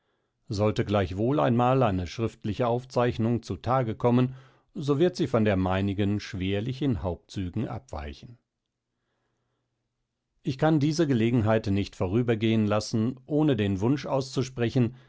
sollte gleichwohl einmal eine schriftliche aufzeichnung zu tage kommen so wird sie von der meinigen schwerlich in hauptzügen abweichen ich kann diese gelegenheit nicht vorübergehen laßen ohne den wunsch auszusprechen